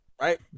right